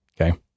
Okay